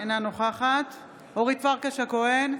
אינה נוכחת אורית פרקש הכהן,